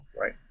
right